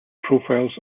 profiles